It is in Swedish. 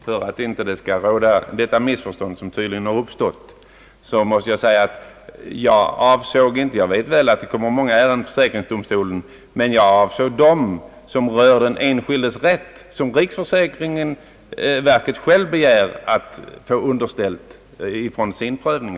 Herr talman! För att undanröja det missförstånd, som tydligen har uppstått mellan socialministern och mig, vill jag säga, att jag väl vet att det kommer många ärenden till försäkringsdomstolen. Vad jag avsåg var emellertid sådana ärenden rörande den enskildes rätt, som riksförsäkringsverket självt underställer domstolen för prövning.